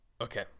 Okay